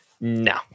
no